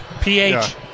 P-H